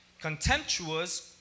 contemptuous